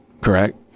correct